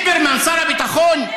ליברמן, שר הביטחון,